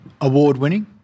award-winning